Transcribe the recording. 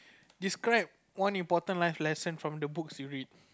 describe one important life lesson from the books you read